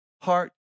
heart